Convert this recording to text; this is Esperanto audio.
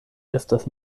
estas